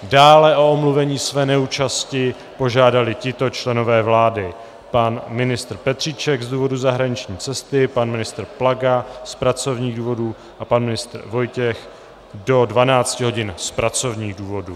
Dále o omluvení své neúčasti požádali tito členové vlády: pan ministr Petříček z důvodu zahraniční cesty, pan ministr Plaga z pracovních důvodů a pan ministr Vojtěch do 12 hodin z pracovních důvodů.